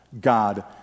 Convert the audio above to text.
God